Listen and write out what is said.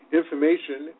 information